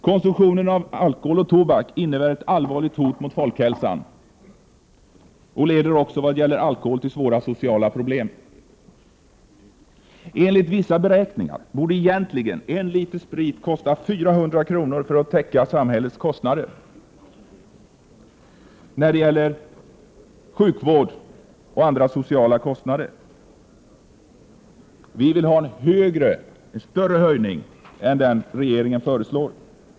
Konsumtionen av alkohol och tobak innebär ett allvarligt hot mot folkhälsan och leder också, vad gäller alkohol, till svåra sociala problem. Enligt vissa beräkningar borde egentligen en liter sprit kosta 400 kr. för att täcka samhällets sjukvårdskostnader och andra sociala kostnader. Vi vill därför ha en större höjning än den regeringen föreslår.